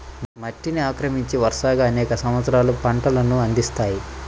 మట్టిని ఆక్రమించి, వరుసగా అనేక సంవత్సరాలు పంటలను అందిస్తాయి